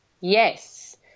Yes